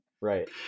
Right